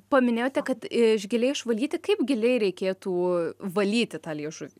paminėjote kad iš giliai išvalyti kaip giliai reikėtų valyti tą liežuvį